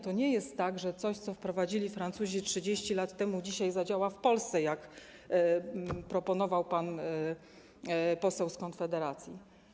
To nie jest tak, że coś, co wprowadzili Francuzi 30 lat temu, dzisiaj zadziała w Polsce, jak mówił pan poseł z Konfederacji.